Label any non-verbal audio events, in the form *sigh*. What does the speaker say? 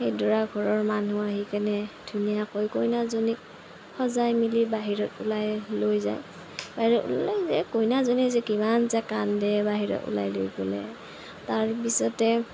সেই দৰাঘৰৰ মানুহ আহি কেনে ধুনীয়াকৈ কইনাজনীক সজাই মেলি বাহিৰত ওলাই লৈ যায় আৰু *unintelligible* কইনাজনী যে কিমান যে কান্দে বাহিৰত ওলাই লৈ গ'লে তাৰপিছতে